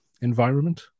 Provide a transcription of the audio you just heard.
environment